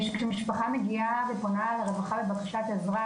כשמשפחה מגיעה ופונה לרווחה בבקשת עזרה,